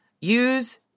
use